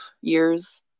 years